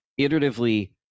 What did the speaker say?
iteratively